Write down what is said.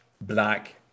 black